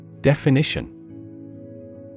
Definition